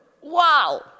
Wow